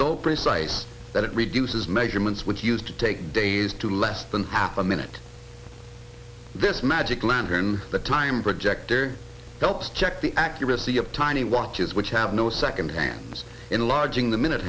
so precise that it reduces measurements which used to take days to less than half a minute this magic lantern the time projector helps check the accuracy of tiny watches which have no second hands enlarging the minute